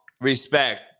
respect